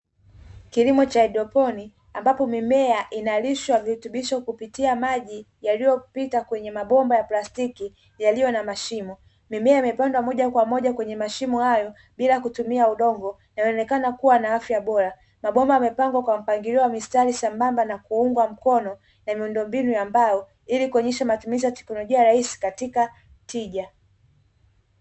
Kilimo cha haidroponi ambapo mimea inalishwa virutubisho kupitia maji yaliyopita kwenye mabomba ya plastiki yaliyo na mashimo, mimea imepandwa moja kwa moja kwenye mashimo hayo bila kutumia udongo inaonekana kuwa na afya bora, mabomba yamepangwa kwa mpangilio wa mistari sambamba na kuungwa mkono na miundombinu ya mbao ili kuonyesha matumizi ya teknolojia rahisi katika tija.